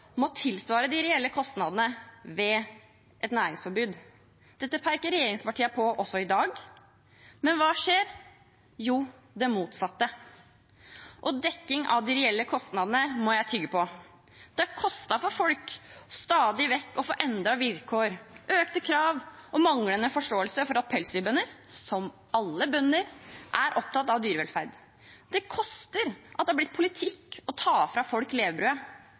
må tilsvare de reelle kostnadene ved et næringsforbud». Dette peker regjeringspartiene på også i dag. Men hva skjer? Jo, det motsatte. Og dekning av de «reelle kostnadene» må jeg tygge på. Det koster for folk stadig vekk å få endrede vilkår, økte krav og manglende forståelse for at pelsdyrbønder – som alle bønder – er opptatt av dyrevelferd. Det koster at det har blitt politikk å ta fra folk